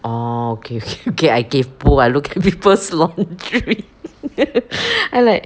oh okay okay okay I kaypoh I look at people's laundry I like